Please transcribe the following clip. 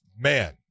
man